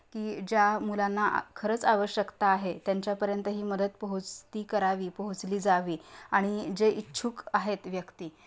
की ज्या मुलांना खरंच आवश्यकता आहे त्यांच्यापर्यंत ही मदत पोहोचती करावी पोहोचली जावी आणि जे इच्छुक आहेत व्यक्ती